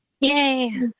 Yay